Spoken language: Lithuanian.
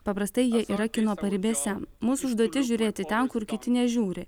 paprastai jie yra kino paribėse mūsų užduotis žiūrėti ten kur kiti nežiūri